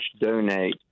donate